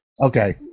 Okay